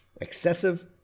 excessive